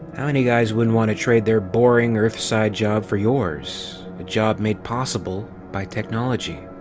how many guys wouldn't want to trade their boing, earthside job for yours. a job made possible by technology.